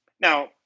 now